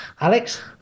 Alex